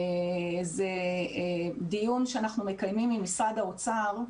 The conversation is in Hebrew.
זה דיון שאנחנו מקיימים עם משרד האוצר,